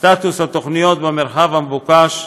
סטטוס התוכניות במרחב המבוקש,